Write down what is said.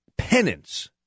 Penance